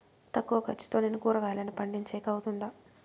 తక్కువ ఖర్చుతో నేను కూరగాయలను పండించేకి అవుతుందా?